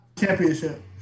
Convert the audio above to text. championship